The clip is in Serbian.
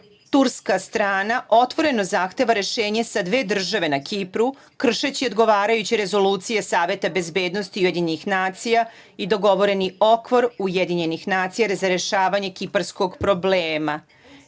Turska strana otvoreno zahteva rešenje sa dve države na Kipru kršeći odgovarajuće rezolucije Saveta bezbednosti UN i dogovoreni okvir UN razrešavanje kiparskog problema.